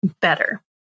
better